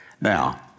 Now